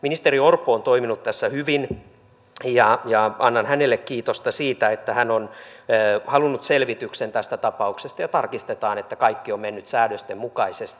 ministeri orpo on toiminut tässä hyvin ja annan hänelle kiitosta siitä että hän on halunnut selvityksen tästä tapauksesta ja tarkistetaan että kaikki on mennyt säädösten mukaisesti